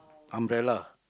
umbrella